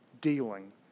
dealing